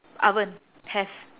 oven have